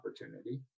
opportunity